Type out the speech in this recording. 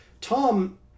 Tom